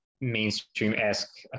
mainstream-esque